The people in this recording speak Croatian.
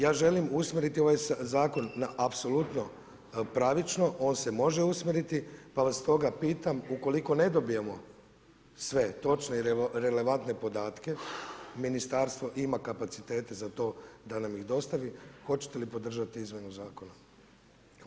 Ja želim usmjeriti ovaj zakon apsolutno na pravično, to se može usmjeriti, pa vas stoga pitam, ukoliko ne dobijemo sve točne i relevantne podatke, ministarstvo ima kapaciteta za to da nam i dostavi, hoćete li podržati izmjenu zakona?